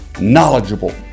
knowledgeable